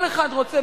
כל אחד רוצה,